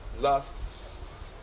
Last